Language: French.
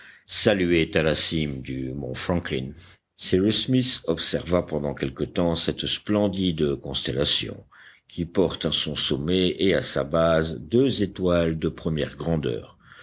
saluait à la cime du mont franklin cyrus smith observa pendant quelque temps cette splendide constellation qui porte à son sommet et à sa base deux étoiles de première grandeur